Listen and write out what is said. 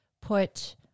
put